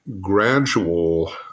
gradual